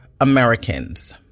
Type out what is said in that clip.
Americans